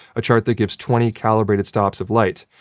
a chart that gives twenty calibrated stops of light.